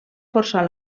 forçar